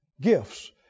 Gifts